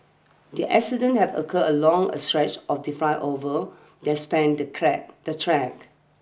the accident had occurred along a stretch of the flyover that span the crack the track